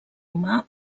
humà